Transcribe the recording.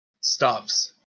stops